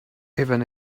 even